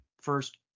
first